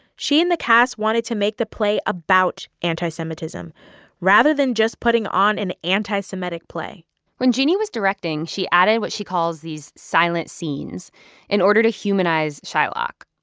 she and the cast wanted to make the play about anti-semitism rather than just putting on an anti-semitic play when jeanne was directing, she added what she calls these silent scenes in order to humanize shylock.